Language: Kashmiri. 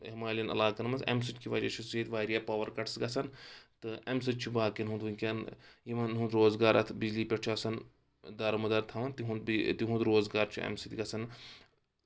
ہِمالین علاقن منٛز اَمہِ سۭتۍ کہِ وجہ چھُ سُہ ییٚتہِ واریاہ پاور کَٹٕس گژھان تہٕ اَمہِ سۭتۍ چھُ باقین ہُند وٕنکیٚن یِمن ہُند روزگار اَتھ بِجلی پؠٹھ چھُ آسان دار مُدار تھاوان تِہُنٛد تِہُنٛد روزگار چھُ اَمہِ سۭتۍ گژھان